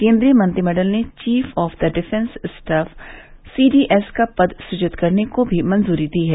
केन्द्रीय मंत्रिमंडल ने chief of the defence staff CDS का पद सुजित करने को भी मंजूरी दी है